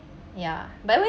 ya but when